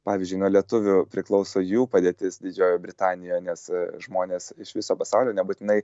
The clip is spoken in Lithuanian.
pavyzdžiui nuo lietuvių priklauso jų padėtis didžiojoj britanijoj nes žmonės iš viso pasaulio nebūtinai